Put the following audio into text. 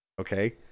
Okay